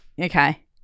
Okay